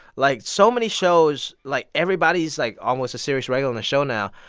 like, so many shows like, everybody's, like, almost a serious regular on the show now.